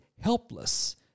helpless